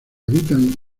habitan